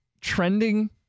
trending